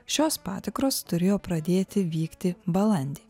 šios patikros turėjo pradėti vykti balandį